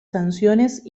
canciones